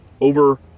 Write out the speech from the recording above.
over